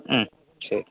ഉം ശരി